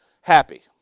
happy